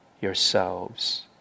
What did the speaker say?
yourselves